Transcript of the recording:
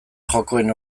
jokoen